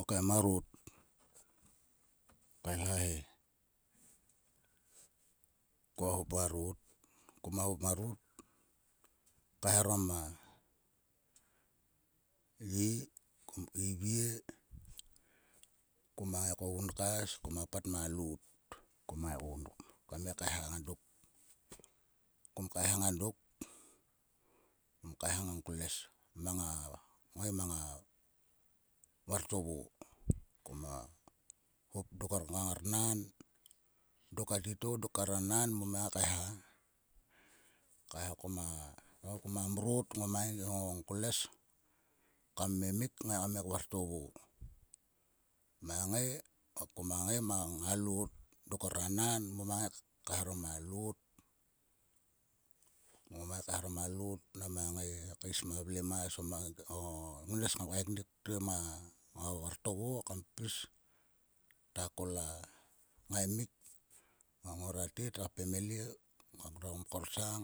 Okei marot. ko kaelha he. Koa hop marot. koma hop marot kaeharom a ye. kom keive. Koma ngai ko gunkas. koma pat ma lot. Koma ngaiguon kam ngai kaecha ngang dok. Kom kaeha ngang dok. kom kaecha ngang klues mang a ngai mang a vartovo. Koma hopdok kar ngar nan. Dok a titou. dok kar a nan moma ngai kaeha. Kaecha koma koma mrot ngoma e ngang klues kam emik kngai kam ngaai kvartovo. Ngoma ngai mang a lot. Dok kar a nan ngoma ngai kaeharom a lot. Ngome kaeharom a lot nama ngai kaes ma vlemas. O mang o ngnes ngam kaeknik te ma vartovo kam pis kta kol a ngaimik. Mang ngor a tet a pemili taim to ngom korsang